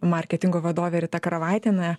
marketingo vadovė rita karavaitienė